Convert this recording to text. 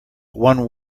one